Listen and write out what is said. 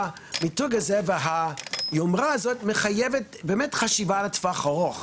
המיתוג הזה והיומרה הזאת מחייבת חשיבה לטווח ארוך,